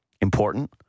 important